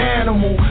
animal